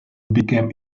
became